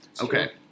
okay